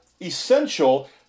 essential